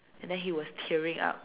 and then he was tearing up